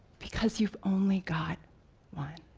because you've only got one.